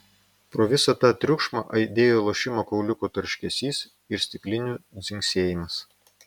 pro visą tą triukšmą aidėjo lošimo kauliukų tarškesys ir stiklinių dzingsėjimas